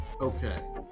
Okay